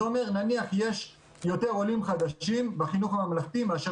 נניח שיש יותר עולים חדשים בחינוך הממלכתי דתי מאשר